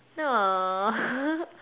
!aww!